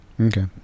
Okay